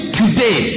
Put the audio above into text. today